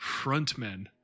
frontmen